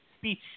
speech